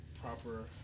proper